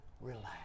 relax